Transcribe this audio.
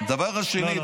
הדבר השני,